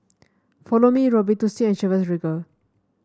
Follow Me Robitussin and Chivas Regal